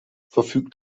verfügt